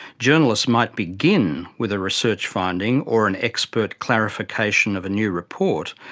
journalists might begin with a research finding or an expert clarification of a new report,